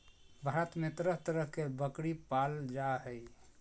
भारत में तरह तरह के लकरी पाल जा हइ